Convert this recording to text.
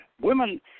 women